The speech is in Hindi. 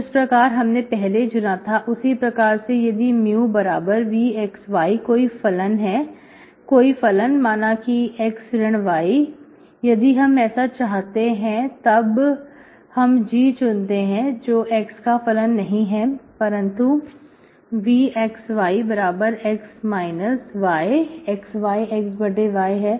जिस प्रकार हमने पहले चुना था उसी प्रकार से यदि mu बराबर vxy कोई फलन है कोई फलन माना कि x ऋण y यदि हम ऐसा चाहते हैं तब हम g चुनते हैं जो x का फलन नहीं है परंतु vxyx yxyxy है